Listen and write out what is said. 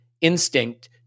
instinct